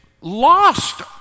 lost